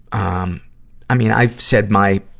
um i mean, i've said my,